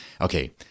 okay